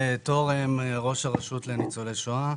טורם, ראש הרשות לניצולי שואה.